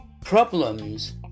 Problems